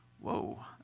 Whoa